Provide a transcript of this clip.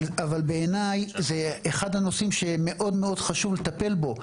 אבל בעיניי זה אחד הנושאים שמאוד מאוד חשוב לטפל בו.